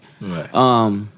Right